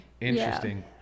Interesting